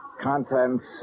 Contents